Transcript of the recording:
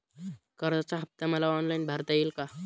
कर्जाचा हफ्ता मला ऑनलाईन भरता येईल का?